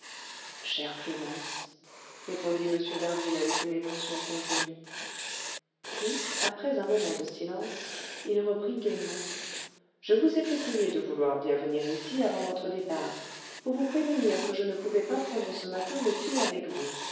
chère clémence répondit m d'harville avec une émotion contenue puis après un moment de silence il reprit gaiement je vous ai fait prier de vouloir bien venir ici avant votre départ pour vous prévenir que je ne pouvais pas prendre ce matin le thé avec vous